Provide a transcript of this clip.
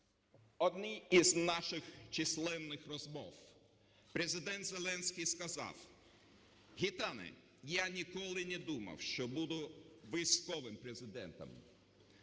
одній із наших численних розмов Президент Зеленський сказав: "Гітане, я ніколи не думав, що буду військовим Президентом".